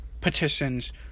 petitions